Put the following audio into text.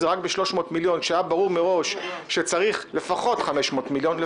זה רק ב-300 מיליון כשהיה ברור מראש שצריך לפחות 500 מיליון,